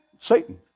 Satan